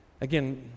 Again